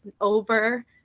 over